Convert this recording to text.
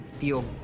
feel